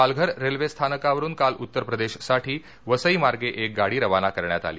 Palghar railway स्थानकावरून काल उत्तरप्रदेशसाठी वसई मार्गे एक गाडी रवाना करण्यात आली